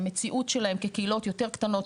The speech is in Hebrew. המציאות שלהם כקהילות יותר קטנות,